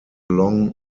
long